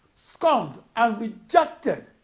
scorned, and rejected.